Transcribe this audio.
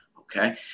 Okay